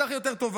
בטח יותר טובה.